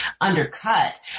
undercut